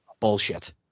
Bullshit